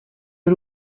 y’u